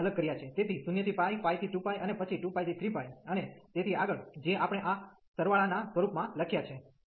તેથી 0 થી π π થી 2π અને પછી 2π થી 3π અને તેથી આગળ જે આપણે આ સરવાળા ના સ્વરુપ માં લખ્યા છે